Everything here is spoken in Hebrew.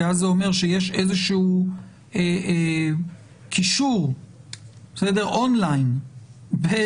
כי אז זה אומר שיש איזה שהוא קישור און ליין בין